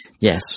Yes